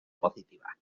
positiva